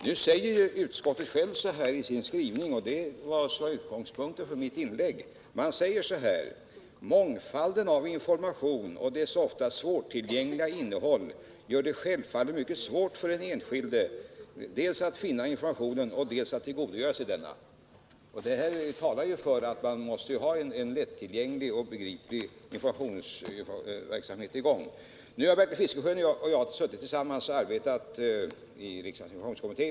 Nu skriver ju utskottet självt följande, och det var just detta som var utgångspunkten för mitt inlägg: ”Mångfalden av information och dess ofta svårtillgängliga innehåll gör det självfallet mycket svårt för den enskilde att dels finna informationen, dels tillgodogöra sig denna.” Detta talar ju för att man måste ha en lättillgänglig och begriplig informationsverksamhet. Nu har Bertil Fiskesjö och jag arbetat tillsammans i riksdagens informationskommitté.